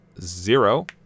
zero